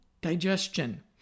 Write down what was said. digestion